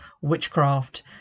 witchcraft